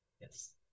Yes